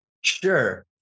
Sure